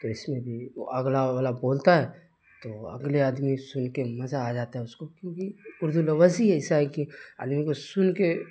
تو اس میں بھی اگلا والا بولتا ہے تو اگلے آدمی سن کے مزہ آ جاتا ہے اس کو کیونکہ اردو لفظ ہی ایسا ہے کہ آدمی کو سن کے